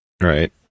Right